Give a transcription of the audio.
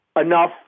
enough